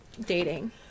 dating